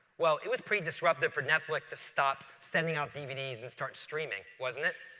well it was pretty disruptive for netflix to stop sending out dvds and start streaming, wasn't it?